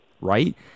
right